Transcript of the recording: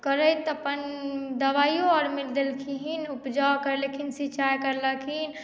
करैत अपन दवाइयो आर देलखिन उपजो करलखिन सिंचाई करलखिन